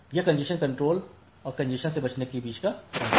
यह congestion control और congestion से बचने के बीच का अंतर है